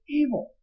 evil